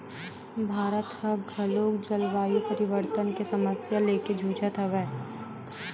भारत ह घलोक जलवायु परिवर्तन के समस्या लेके जुझत हवय